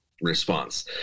response